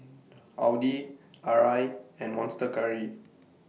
Audi Arai and Monster Curry